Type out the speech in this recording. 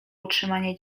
utrzymanie